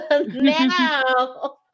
now